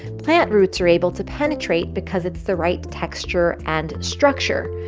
plant roots are able to penetrate because it's the right texture and structure.